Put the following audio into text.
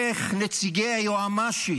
איך נציגי היועמ"שית,